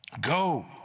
go